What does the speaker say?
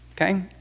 okay